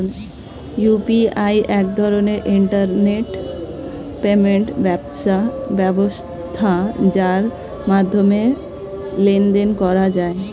UPI এক ধরনের internet payment ব্যবস্থা যার মাধ্যমে লেনদেন করা যায়